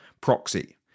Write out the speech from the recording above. proxy